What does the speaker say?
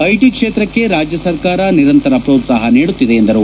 IT ಕ್ಷೇತ್ರಕ್ಕೆ ರಾಜ್ಯ ಸರ್ಕಾರ ನಿರಂತರ ಪ್ರೋತ್ಸಾಹ ನೀಡುತ್ತಿದೆ ಎಂದರು